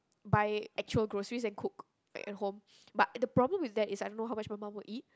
buy actual groceries and cook like at home but the problem is that I know how much my mum would eat